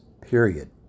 period